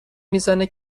میزنه